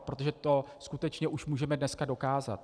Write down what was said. Protože to skutečně už můžeme dneska dokázat.